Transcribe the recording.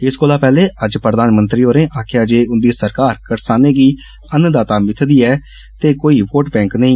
इस कोला पैहले अज्ज प्रधानमंत्री होरे आखेआ जे उदी सरकार करसाने गी अन्नदाता मिथदी ऐ ते कोई वोटबैंके नेइ